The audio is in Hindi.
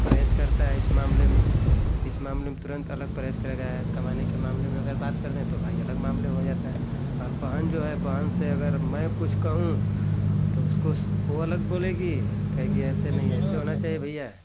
परहेज करता है इस मामले में इस मामले में तुरंत अलग परहेज करेगा कमाने के मामले में अगर बात कर दें तो भाई अलग मामले हो जाता है और बहन जो है बहन से अगर मैं कुछ कहूँ तो उसको उस वो लग बोलेगी कहेगी ऐसे नहीं ऐसे होना चाहिए भैया